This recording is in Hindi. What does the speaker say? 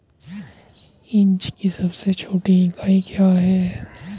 इंच की सबसे छोटी इकाई क्या है?